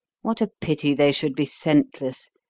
what a pity they should be scentless.